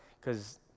cause